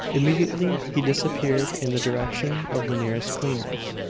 immediately he disappeared in the direction of the nearest cleaners.